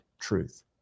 truth